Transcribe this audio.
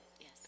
Yes